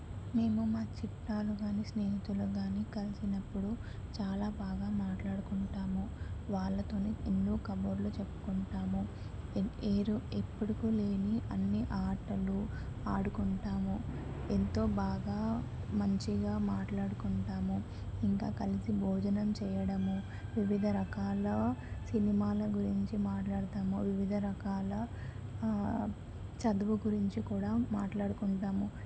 మేము మా చుట్టాలు కాని స్నేహితులు కాని కలిసినప్పుడు చాలా బాగా మాట్లాడుకుంటాము వాళ్ళతోనే ఎన్నో కబుర్లు చెప్పుకుంటాము ఎప్పుడుకూ లేని అన్నీ ఆటలు ఆడుకుంటాము ఎంతో బాగా మంచిగా మాట్లాడుకుంటాము ఇంకా కలిసి భోజనం చేయడము వివిధ రకాల సినిమాల గురించి మాట్లాడుతాము వివిధ రకాల చదువు గురించి కూడా మాట్లాడుకుంటాము